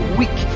weak